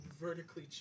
Vertically